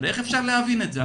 איך אפשר להבין את זה?